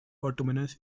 autonomous